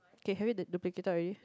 okay have you duplicate out already